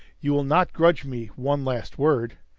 you will not grudge me one last word?